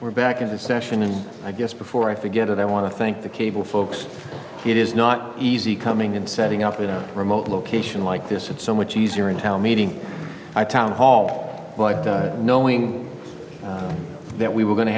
we're back into session and i guess before i forget it i want to thank the cable folks it is not easy coming in setting up without a remote location like this it's so much easier in a town meeting town hall but knowing that we were going to